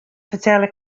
fertelle